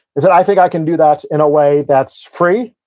is that i think i can do that in a way that's free